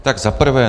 Tak za prvé.